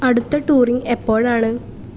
അടുത്ത ടൂറിംഗ് എപ്പോഴാണ്